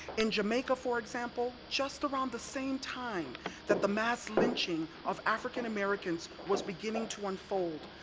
in jamaica, for example, just around the same time that the mass lynching of african americans was beginning to unfold,